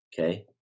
Okay